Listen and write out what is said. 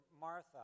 Martha